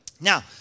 Now